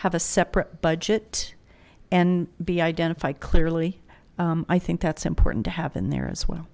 have a separate budget and be identified clearly i think that's important to happen there as well